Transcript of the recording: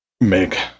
make